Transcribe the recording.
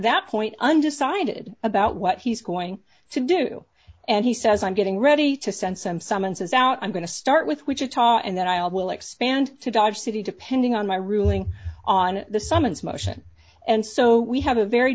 that point undecided about what he's going to do and he says i'm getting ready to send some summonses out i'm going to start with wichita and then i will expand to dodge city depending on my ruling on the summons motion and so we have a very